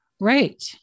right